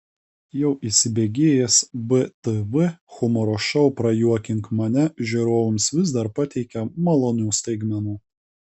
jau įsibėgėjęs btv humoro šou prajuokink mane žiūrovams vis dar pateikia malonių staigmenų